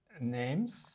names